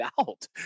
out